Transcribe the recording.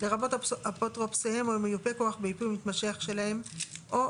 לרבות אפוטרופוסיהם או מיופי כוח בייפוי כוח מתמשך שלהם את